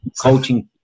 coaching